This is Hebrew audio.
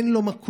אין לו מקום.